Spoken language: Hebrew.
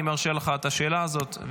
אני מרשה לך לשאול את השאלה הזאת,